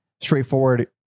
straightforward